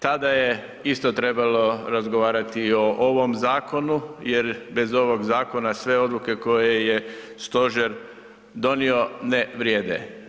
Tada je isto trebalo razgovarati o ovom zakonu jer bez ovog zakona sve odluke koje je Stožer donio ne vrijede.